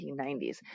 1990s